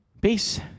Peace